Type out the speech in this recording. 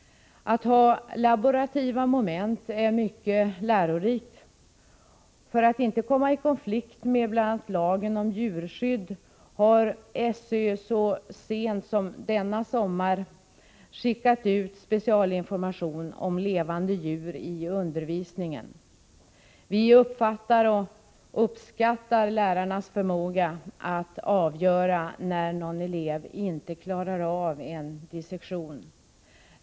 Att ha laborativa moment är mycket lärorikt. För att inte komma i konflikt med bl.a. lagen om djurskydd har SÖ så sent som denna sommar skickat ut specialinformation om levande djur i undervisningen. Vi uppfattar och uppskattar lärarnas förmåga att avgöra när någon elev inte klarar av en dissektion.